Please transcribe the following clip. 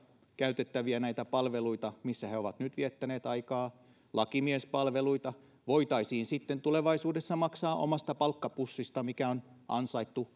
käytettäviä palveluita joiden parissa he ovat nyt viettäneet aikaa lakimiespalveluita voitaisiin sitten tulevaisuudessa maksaa omasta palkkapussista mikä on ansaittu